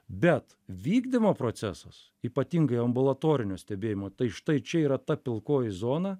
bet vykdymo procesas ypatingai ambulatorinio stebėjimo tai štai čia yra ta pilkoji zona